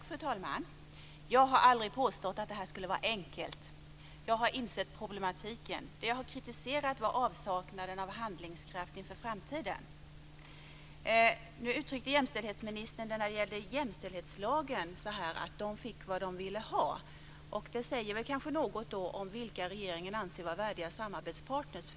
Fru talman! Jag har aldrig påstått att det här skulle vara enkelt. Jag har insett problematiken. Det som jag kritiserade var avsaknaden av handlingskraft inför framtiden. Nu uttrycker jämställdhetsministern sig så när det gäller jämställdhetslagen att man fick vad man ville ha. Det säger kanske något om vilka regeringen anser vara värdiga samarbetspartner.